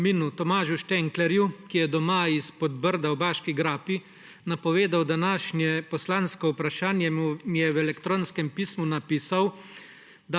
Tolmina Tomažu Štenklerju, ki je doma iz Podbrda v Baški grapi, napovedal današnje poslansko vprašanje, mi je v elektronskem pismu napisal,